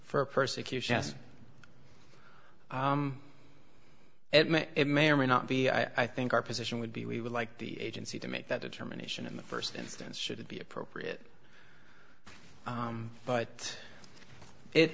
for persecution as it may it may or may not be i think our position would be we would like the agency to make that determination in the st instance should it be appropriate but